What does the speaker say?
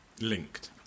linked